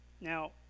Now